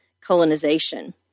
colonization